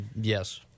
Yes